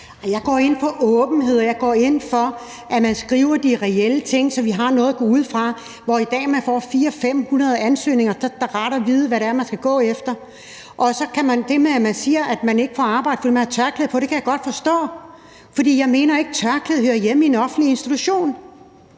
jeg går ind for, at man skriver de reelle ting, så vi har noget at gå ud fra. I dag får man 400-500 ansøgninger, og så er det da rart at vide, hvad det er, man skal gå efter. Så siges der, at man ikke får arbejde, fordi man har tørklæde på. Det kan jeg godt forstå. For jeg mener ikke, at et tørklæde hører hjemme i en offentlig institution.